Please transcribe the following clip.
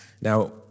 Now